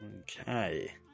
Okay